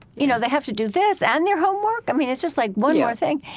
you know, they have to do this and their homework? i mean, it's just like one more thing.